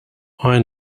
iron